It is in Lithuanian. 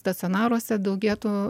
stacionaruose daugėtų